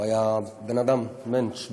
הוא היה בן אדם, מענטש,